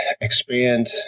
expand